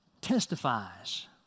testifies